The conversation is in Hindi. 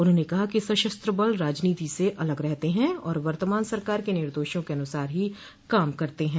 उन्होंने कहा कि सशस्त्र बल राजनीति से अलग रहते हैं और वर्तमान सरकार के निर्देशों के अनुसार ही काम करते हैं